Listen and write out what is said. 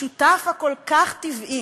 השותף הכל-כך טבעי